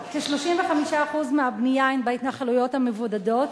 כ-35% מהבנייה הם בהתנחלויות המבודדות.